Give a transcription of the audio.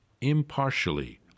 impartially